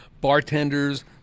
bartenders